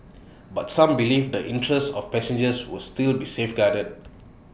but some believe the interests of passengers will still be safeguarded